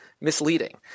misleading